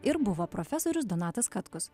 ir buvo profesorius donatas katkus